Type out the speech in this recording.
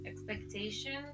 Expectations